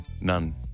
None